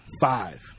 five